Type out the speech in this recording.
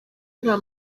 nta